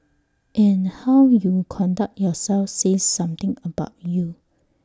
and how you conduct yourself says something about you